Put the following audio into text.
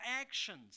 actions